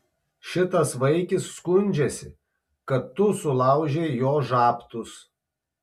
šitas vaikis skundžiasi kad tu sulaužei jo žabtus